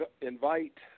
invite –